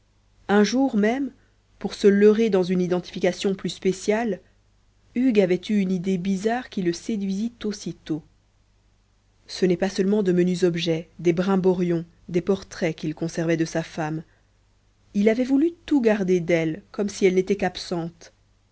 un jour même pour se leurrer dans une identification plus spéciale hugues avait eu une idée bizarre qui le séduisit aussitôt ce n'est pas seulement de menus objets des brimborions des portraits qu'il conservait de sa femme il avait voulu tout garder d'elle comme si elle n'était qu'absente